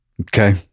Okay